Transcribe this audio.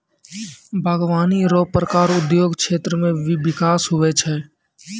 बागवानी रो प्रकार उद्योग क्षेत्र मे बिकास हुवै छै